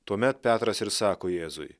tuomet petras ir sako jėzui